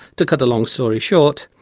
to cut a long story short,